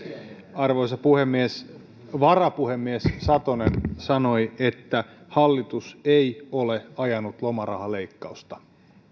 arvoisa puhemies varapuhemies satonen sanoi että hallitus ei ole ajanut lomarahaleikkausta